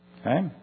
Okay